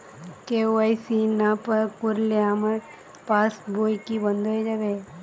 KYC না করলে আমার পাশ বই কি বন্ধ হয়ে যাবে?